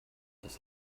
dass